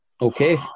Okay